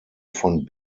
von